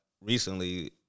recently